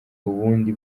ubundi